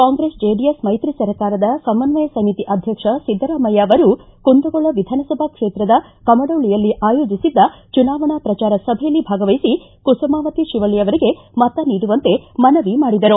Congress JDS ಮೈತ್ರಿ ಸರ್ಕಾರದ ಸಮನ್ವಯ ಸಮಿತಿ ಅಧ್ಯಕ್ಷ ಸಿದ್ದರಾಮಯ್ಯ ಅವರು ಕುಂದಗೋಳ ವಿಧಾನಸಭಾ ಕ್ಷೇತ್ರದ ಕಮಡೊಳ್ಳಿಯಲ್ಲಿ ಆಯೋಜಿಸಿದ್ದ ಚುನಾವಣಾ ಪ್ರಚಾರ ಸಭೆಯಲ್ಲಿ ಭಾಗವಹಿಸಿ ಕುಸುಮಾವತಿ ಶಿವಳ್ಳಿ ಅವರಿಗೆ ಮತ ನೀಡುವಂತೆ ಮನವಿ ಮಾಡಿದರು